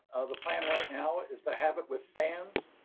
the plan right now is to have it with fans.